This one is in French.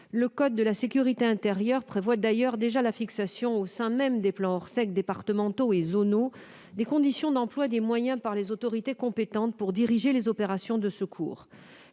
Le code de la sécurité intérieure prévoit d'ailleurs déjà la fixation au sein même des plans Orsec départementaux et zonaux des conditions d'emplois des moyens par les autorités compétentes pour diriger les opérations de secours.